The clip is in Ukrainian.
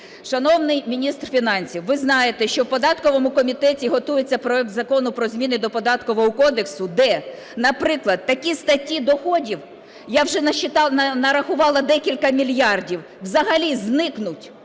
Шановний міністр фінансів, ви знаєте, що у податковому комітеті готується проект Закону про зміни до Податкового кодексу, де, наприклад, такі статті доходів, я вже нарахувала декілька мільярдів, взагалі зникнуть